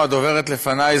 או הדוברת לפניי,